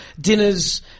dinners